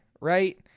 right